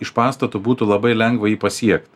iš pastato būtų labai lengva jį pasiekt